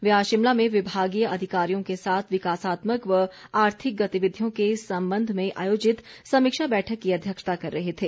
वे आज शिमला में विभागीय अधिकारियों के साथ विकासात्मक व आर्थिक गतिविधियों के संबंध में आयोजित समीक्षा बैठक की अध्यक्षता कर रहे थे